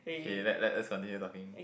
okay let let let's continue talking